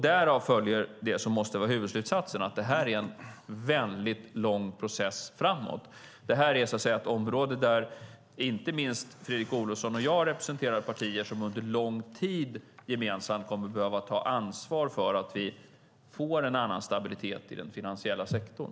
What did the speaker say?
Därav följer det som måste vara huvudslutsatsen, nämligen att det är en lång process framåt. Det är ett område där inte minst Fredrik Olovsson och jag representerar partier som under lång tid gemensamt kommer att behöva ta ansvar för att vi får en annan stabilitet i den finansiella sektorn.